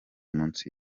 munsi